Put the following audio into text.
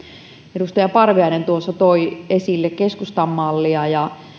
edustaja parviainen tuossa toi esille keskustan mallia